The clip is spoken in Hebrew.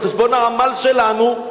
על חשבון העמל שלנו,